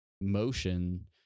motion